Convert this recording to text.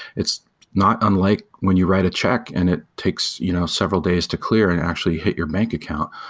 it's not unlike when you write a check and it takes you know several days to clear and actually hit your bank account.